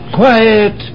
quiet